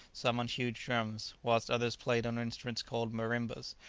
some on huge drums, whilst others played on instruments called marimbas,